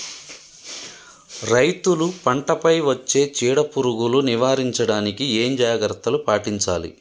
రైతులు పంట పై వచ్చే చీడ పురుగులు నివారించడానికి ఏ జాగ్రత్తలు పాటించాలి?